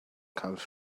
comes